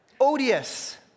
odious